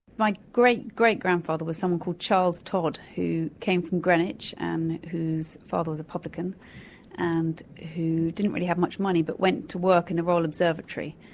my great, great grandfather was someone called charles todd who came from greenwich and whose father was a publican and who didn't really have much money but went to work in the royal observatory,